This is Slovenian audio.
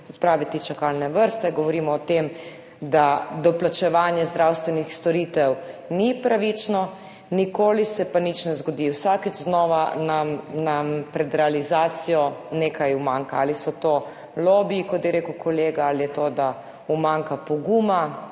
odpraviti čakalne vrste, govorimo o tem, da doplačevanje zdravstvenih storitev ni pravično, nikoli se pa nič ne zgodi. Vsakič znova nam pred realizacijo nekaj umanjka, ali so to lobiji, kot je rekel kolega, ali je to, da umanjka poguma,